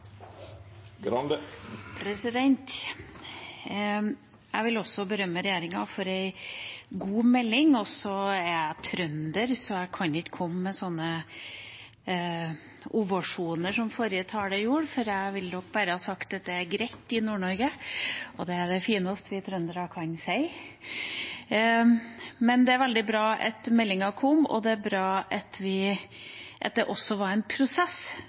Jeg vil også berømme regjeringa for ei god melding. Jeg er trønder, så jeg kan ikke komme med slike ovasjoner som forrige taler gjorde, for jeg ville nok bare sagt at det er greit i Nord-Norge – det er det fineste vi trøndere kan si. Men det er veldig bra at meldinga kom, og det er bra at det også var en prosess